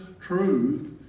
truth